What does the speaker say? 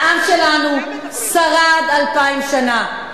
העם שלנו שרד אלפיים שנה.